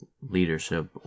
leadership